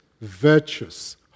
virtuous